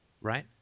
right